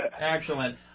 Excellent